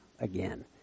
again